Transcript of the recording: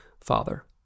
father